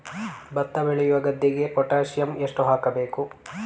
ಭತ್ತ ಬೆಳೆಯುವ ಗದ್ದೆಗೆ ಪೊಟ್ಯಾಸಿಯಂ ಎಷ್ಟು ಹಾಕಬೇಕು?